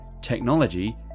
technology